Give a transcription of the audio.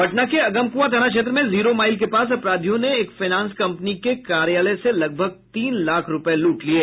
पटना के अगमकुआं थाना क्षेत्र में जीरो माइल के पास अपराधियों ने एक फाइनेंस कंपनी के कार्यालय से लगभग तीन लाख रुपये लूट लिये